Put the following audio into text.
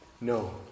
No